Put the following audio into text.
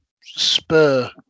spur